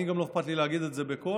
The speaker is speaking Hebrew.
גם לא אכפת לי להגיד את זה בקול,